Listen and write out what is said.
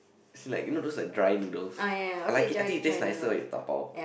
as in like you know those like dry noodles I like it I think it taste nicer when you dapao